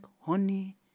honey